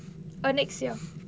oh next year